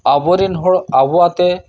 ᱟᱵᱚ ᱨᱮᱱ ᱦᱚᱲ ᱟᱵᱚ ᱟᱛᱮᱫ